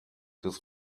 des